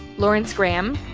lawrence gram,